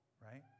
Right